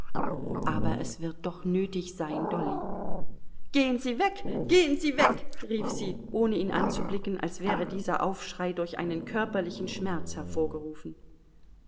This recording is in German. aber es wird doch nötig sein dolly gehen sie weg gehen sie weg rief sie ohne ihn anzublicken als wäre dieser aufschrei durch einen körperlichen schmerz hervorgerufen